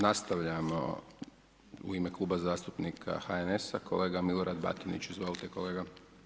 Nastavljamo u ime Kluba zastupnika HNS-a kolega Milorad Batinić, izvolite kolega.